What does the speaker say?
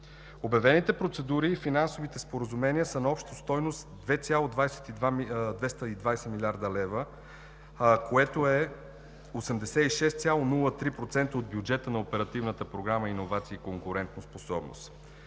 Обявените процедури и финансовите споразумения са на обща стойност 2,220 млн. лв., което е 86,03% от бюджета на Оперативната програма „Иновации и конкурентоспособност“.